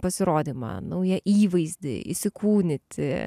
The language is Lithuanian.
pasirodymą naują įvaizdį įsikūnyti